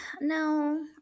No